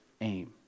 aim